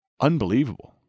Unbelievable